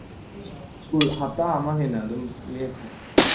school ꯍꯞꯇꯥ ꯑꯃ ꯍꯦꯟꯅ ꯑꯗꯨꯝ ꯂꯦꯞꯈ꯭ꯔꯦ